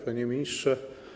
Panie Ministrze!